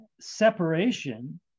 separation